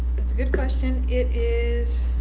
that's a good question. it is.